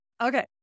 okay